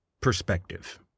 perspective